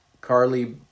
Carly